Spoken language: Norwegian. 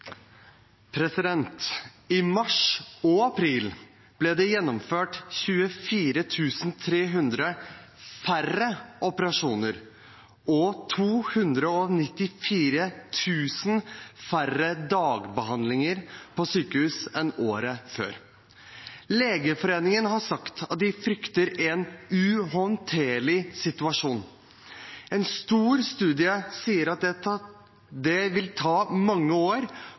løsninger. I mars og april ble det gjennomført 24 300 færre operasjoner og 294 000 færre dagbehandlinger på sykehus enn året før. Legeforeningen har sagt at de frykter en uhåndterlig situasjon. En stor studie sier at det vil ta mange år